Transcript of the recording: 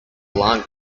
long